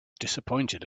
disappointed